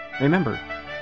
Remember